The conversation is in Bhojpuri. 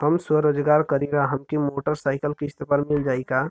हम स्वरोजगार करीला हमके मोटर साईकिल किस्त पर मिल जाई का?